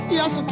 Yes